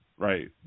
Right